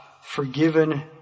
forgiven